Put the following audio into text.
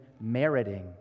meriting